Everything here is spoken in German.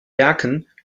werken